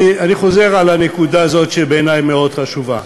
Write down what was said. אני חוזר על הנקודה הזאת, שבעיני היא מאוד חשובה.